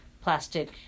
plastic